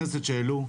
חברי הכנסת שהעלו.